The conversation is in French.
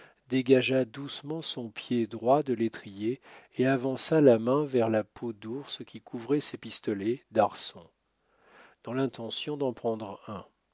dégagea doucement son pied droit de l'étrier et avança la main vers la peau d'ours qui couvrait ses pistolets d'arçon dans l'intention d'en prendre un